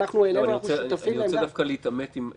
הוא גם לא יכול להיות חבר בוועדת מינויים מטעם הכנסת.